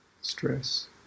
Stress